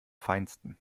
feinsten